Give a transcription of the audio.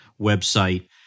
website